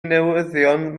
newyddion